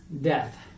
death